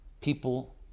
people